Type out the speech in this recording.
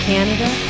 Canada